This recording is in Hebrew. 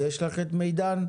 יש לך את מידן?